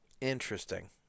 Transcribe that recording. Interesting